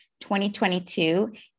2022